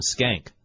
skank